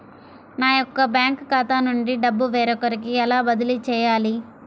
నా యొక్క బ్యాంకు ఖాతా నుండి డబ్బు వేరొకరికి ఎలా బదిలీ చేయాలి?